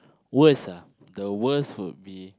worst ah the worst would be